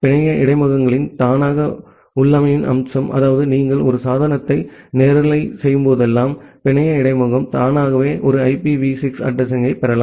பிணைய இடைமுகங்களின் தானாக உள்ளமைவின் அம்சம் அதாவது நீங்கள் ஒரு சாதனத்தை நேரலை செய்யும்போதெல்லாம் பிணைய இடைமுகம் தானாகவே ஒரு IPv6 அட்ரஸிங்யைப் பெறலாம்